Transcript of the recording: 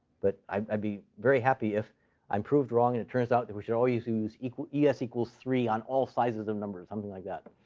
but i'd be very happy if i'm proved wrong and it turns out that we should always use yeah es equals three on all sizes of numbers something like that.